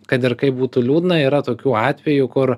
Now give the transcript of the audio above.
kad ir kaip būtų liūdna yra tokių atvejų kur